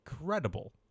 incredible